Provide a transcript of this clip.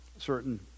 certain